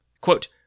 Quote